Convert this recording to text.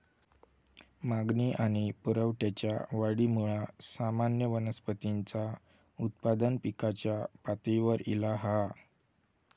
मागणी आणि पुरवठ्याच्या वाढीमुळा सामान्य वनस्पतींचा उत्पादन पिकाच्या पातळीवर ईला हा